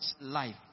life